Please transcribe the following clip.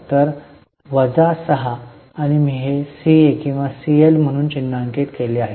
तर वजा 6 आणि मी हे सीए किंवा सीएल म्हणून चिन्हांकित केले आहे